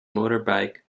motorbike